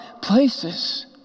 places